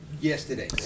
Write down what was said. yesterday